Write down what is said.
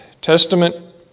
testament